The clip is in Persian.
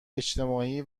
اجتماعی